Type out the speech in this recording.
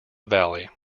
valley